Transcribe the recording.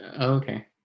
okay